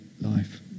life